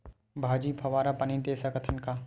भाजी फवारा पानी दे सकथन का?